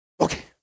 okay